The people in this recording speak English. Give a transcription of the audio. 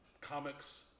comics